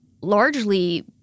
largely